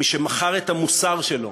מי שמכר את המוסר שלו